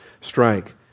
strike